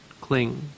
cling